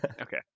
Okay